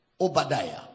Obadiah